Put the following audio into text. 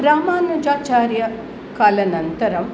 रामानुजाचार्यस्य कालानन्तरं